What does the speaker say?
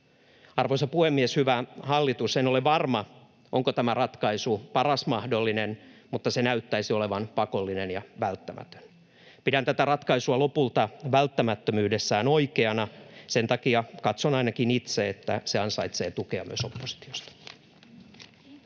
Arvoisa puhemies! Hyvä hallitus, en ole varma, onko tämä ratkaisu paras mahdollinen, mutta se näyttäisi olevan pakollinen ja välttämätön. Pidän tätä ratkaisua lopulta välttämättömyydessään oikeana. Sen takia katson ainakin itse, että se ansaitsee tukea myös oppositiosta. [Speech